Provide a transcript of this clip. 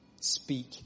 speak